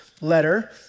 letter